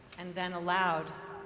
and then aloud.